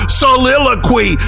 soliloquy